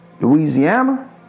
Louisiana